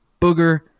Booger